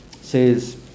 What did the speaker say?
says